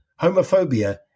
homophobia